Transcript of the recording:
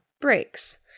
breaks